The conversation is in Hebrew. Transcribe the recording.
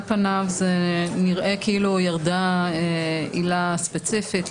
על פניו נראה כאילו ירדה עילה ספציפית.